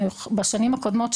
בשנים הקודמות,